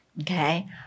Okay